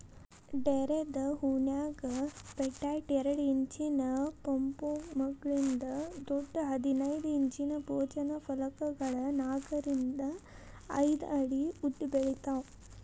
ಡೇರೆದ್ ಹೂವಿನ್ಯಾಗ ಪೆಟೈಟ್ ಎರಡ್ ಇಂಚಿನ ಪೊಂಪೊಮ್ಗಳಿಂದ ದೊಡ್ಡ ಹದಿನೈದ್ ಇಂಚಿನ ಭೋಜನ ಫಲಕಗಳ ನಾಕರಿಂದ ಐದ್ ಅಡಿ ಉದ್ದಬೆಳಿತಾವ